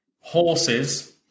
horses